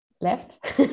left